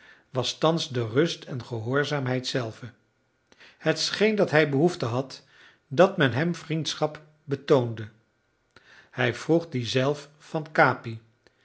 was thans de rust en gehoorzaamheid zelve het scheen dat hij behoefte had dat men hem vriendschap betoonde hij vroeg die zelf van capi